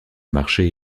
marché